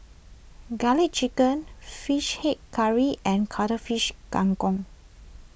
Garlic Chicken Fish Head Curry and Cuttlefish Kang Kong